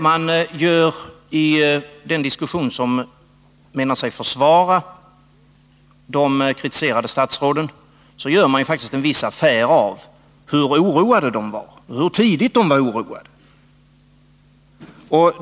När man i diskussionen menar sig försvara de kritiserade statsråden gör man faktiskt en viss affär av hur oroade de var, och hur tidigt de var oroade.